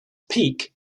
peak